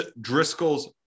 Driscoll's